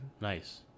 Nice